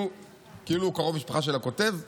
כאילו הוא קרוב משפחה של הכותב,